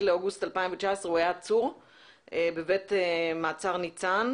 לאוגוסט 2019 הוא היה עצור בבית מעצר ניצן,